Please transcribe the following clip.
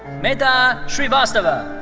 medha shrivastava.